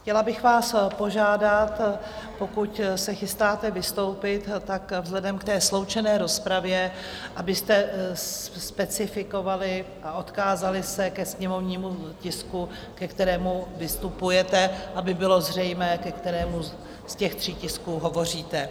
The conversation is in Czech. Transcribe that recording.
Chtěla bych vás požádat, pokud se chystáte vystoupit, tak vzhledem k té sloučené rozpravě abyste specifikovali a odkázali se ke sněmovnímu tisku, ke kterému vystupujete, aby bylo zřejmé, ke kterému z těch tří tisků hovoříte.